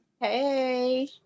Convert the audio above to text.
Hey